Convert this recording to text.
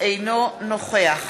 אינו נוכח